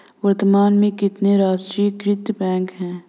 वर्तमान में कितने राष्ट्रीयकृत बैंक है?